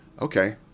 okay